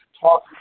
talk